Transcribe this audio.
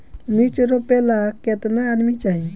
मिर्च रोपेला केतना आदमी चाही?